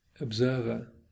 observer